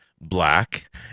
Black